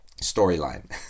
storyline